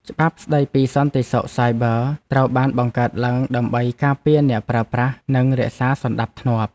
ច្បាប់ស្តីពីសន្តិសុខសាយប័រត្រូវបានបង្កើតឡើងដើម្បីការពារអ្នកប្រើប្រាស់និងរក្សាសណ្តាប់ធ្នាប់។